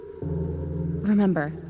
Remember